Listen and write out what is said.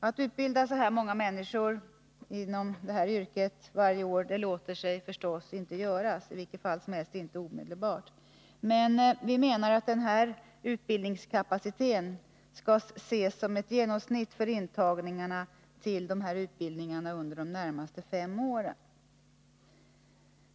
Att utbilda så många människor inom detta yrke varje år låter sig förstås inte göra, i vilket fall inte omedelbart, men denna utbildningskapacitet skall enligt vår mening ses som ett genomsnitt för intagningarna till dessa utbildningar under de närmaste fem åren.